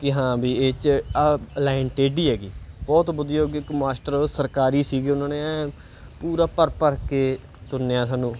ਕਿ ਹਾਂ ਵੀ ਇਹ 'ਚ ਆਹ ਲਾਈਨ ਟੇਢੀ ਹੈਗੀ ਬਹੁਤ ਬੁੱਧੀ ਯੋਗੀ ਇੱਕ ਮਾਸਟਰ ਸਰਕਾਰੀ ਸੀਗੇ ਉਹਨਾਂ ਨੇ ਪੂਰਾ ਭਰ ਭਰ ਕੇ ਤੁੰਨਿਆ ਸਾਨੂੰ